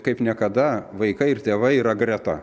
kaip niekada vaikai ir tėvai yra greta